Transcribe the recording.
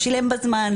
לא שילם בזמן,